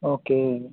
okay